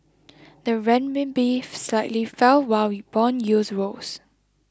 the Renminbi slightly fell while bond yields rose